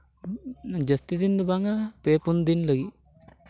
ᱡᱟᱹᱥᱛᱤ ᱫᱤᱱ ᱫᱚ ᱵᱟᱝᱼᱟ ᱯᱮ ᱯᱩᱱ ᱫᱤᱱ ᱞᱟᱹᱜᱤᱫ